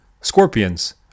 Scorpions